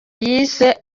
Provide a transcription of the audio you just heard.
yise